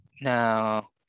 now